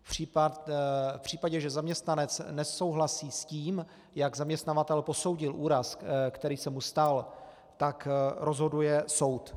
V případě, že zaměstnanec nesouhlasí s tím, jak zaměstnavatel posoudil úraz, který se mu stal, tak rozhoduje soud.